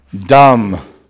dumb